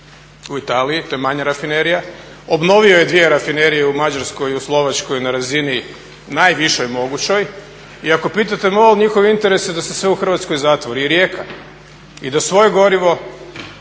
u Italiji, to je manja rafinerija, obnovio je 2 rafinerije u Mađarskoj i u Slovačkoj na razini najvišoj mogućoj. I ako pitate MOL njihov interes je da se sve u Hrvatskoj zatvori i Rijeka i da svoje gorivo,